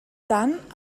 tant